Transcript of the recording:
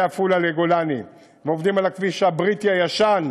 מעפולה לגולני, עובדים על הכביש הבריטי הישן